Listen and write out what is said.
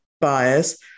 bias